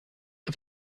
auf